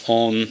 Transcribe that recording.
on